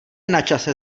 načase